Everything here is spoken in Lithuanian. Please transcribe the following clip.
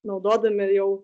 naudodami jau